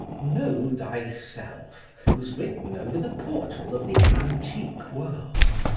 know thyself was written over the portal of the antique world.